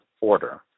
order